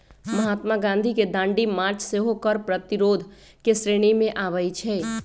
महात्मा गांधी के दांडी मार्च सेहो कर प्रतिरोध के श्रेणी में आबै छइ